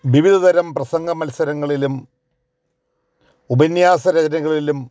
വിവിധതരം പ്രസംഗമത്സരങ്ങളിലും ഉപന്യാസരചനകളിലും